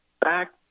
back